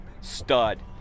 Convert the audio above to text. Stud